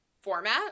format